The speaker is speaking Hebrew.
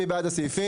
מי בעד הסעיפים?